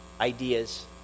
ideas